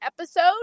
episode